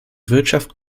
wirtschaft